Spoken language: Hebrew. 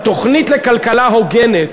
התוכנית לכלכלה הוגנת,